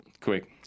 Quick